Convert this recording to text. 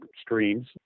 streams